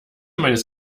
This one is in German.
meines